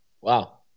Wow